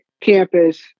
campus